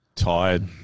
Tired